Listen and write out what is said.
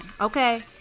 okay